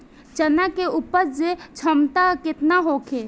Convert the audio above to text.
चना के उपज क्षमता केतना होखे?